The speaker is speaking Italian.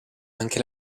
anche